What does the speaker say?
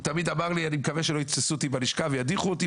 הוא תמיד אמר לו שהוא מקווה שלא יתפסו אותו בלשכה וידיחו אותו.